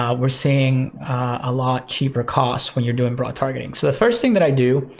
um we're seeing a lot cheaper costs when you're doing broad targeting. so the first thing that i do,